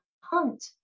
hunt